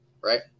right